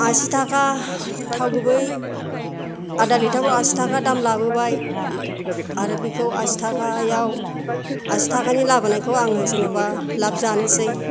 आसिथाखा थाव गुबै आदा लिटारआव आसिथा दाम लाबोबाय आरो बेखौ आसि थाखायाव आसि थाखानि लाबोनायखौ आङो जेनबा लाब जानोसै